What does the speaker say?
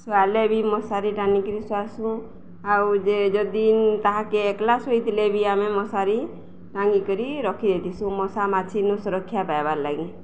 ସୁଆଲେ ବି ମଶାରୀ ଟାନିକିରି ଶଆସୁଁ ଆଉ ଯେ ଯଦି ତାହାକେ ଏକଲା ଶୋଇଥିଲେ ବି ଆମେ ମଶାରି ଟାଙ୍ଗିକରି ରଖିଦେଇଥିସୁଁ ମଶା ମାଛି ନୁ ସୁରକ୍ଷା ପାଇବାର୍ ଲାଗି